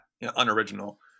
unoriginal